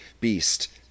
Beast